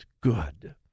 good